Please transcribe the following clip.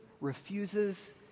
refuses